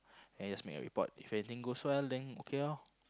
and you just make a report if every thing goes well then okay loh